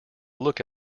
look